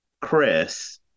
Chris